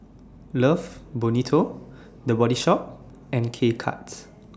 Love Bonito The Body Shop and K Cuts